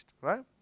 Right